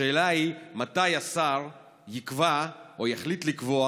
השאלה היא מתי השר יקבע או יחליט לקבוע